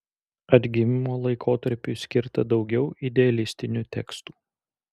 atgimimo laikotarpiui skirta daugiau idealistinių tekstų